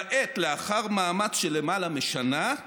כעת, "לאחר מאמץ של למעלה משנה,